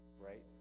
right